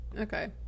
Okay